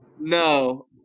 No